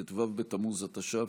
ט"ו בתמוז התש"ף,